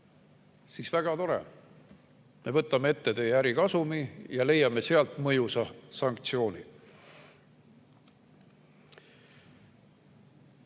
siis väga tore, me võtame ette teie ärikasumi ja leiame sealt mõjusa sanktsiooni.